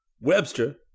Webster